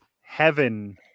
heaven